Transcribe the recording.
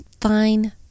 fine